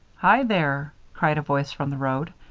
hi there! cried a voice from the road.